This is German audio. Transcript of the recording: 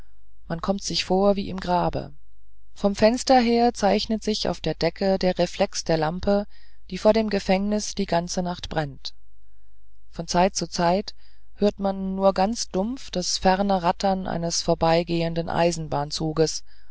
man kommt sich vor wie im grabe vom fenster her zeichnet sich auf der decke der reflex der laterne die vor dem gefängnis die ganze nacht brennt von zeit zu zeit hört man nur ganz dumpf das ferne rattern eines vorbeigehenden